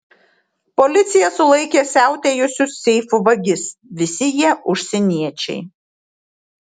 policija sulaikė siautėjusius seifų vagis visi jie užsieniečiai